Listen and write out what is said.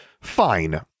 Fine